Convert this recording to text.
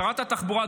שרת התחבורה,